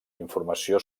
informació